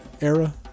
era